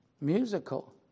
musical